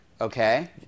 Okay